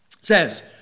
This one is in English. says